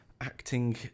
acting